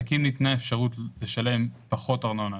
שכדי שהכסף שהיה אמור להיות אצל הביטוח הלאומי